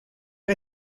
had